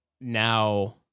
now